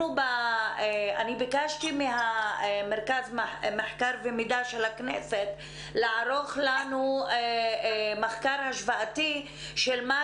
ביקשתי ממרכז מחקר ומידע של הכנסת לערוך לנו מחקר השוואתי של מה